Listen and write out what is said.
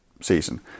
season